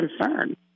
concern